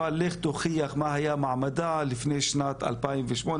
אבל לך תוכיח מה היה מעמדה לפני שנת 2018,